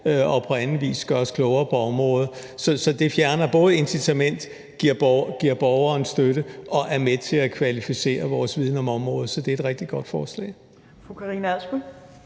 og på anden vis gøre os klogere på området. Det fjerner både incitament, giver borgeren støtte og er med til at kvalificere vores viden om området, så det er rigtig godt forslag.